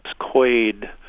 Quaid